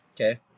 okay